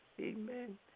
Amen